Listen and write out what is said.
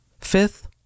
Fifth